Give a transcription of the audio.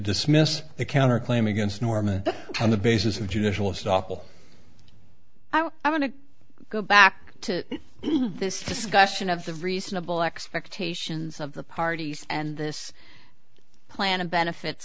dismiss the counter claim against norman on the basis of judicial stoppel i want to go back to this discussion of the reasonable expectations of the parties and this plan of benefits